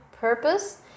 purpose